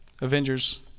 Avengers